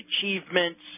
achievements